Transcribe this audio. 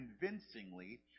convincingly